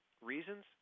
Reasons